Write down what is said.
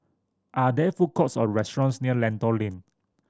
are there food courts or restaurants near Lentor Lane